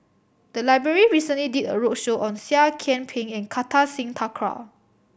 the library recently did a roadshow on Seah Kian Peng and Kartar Singh Thakral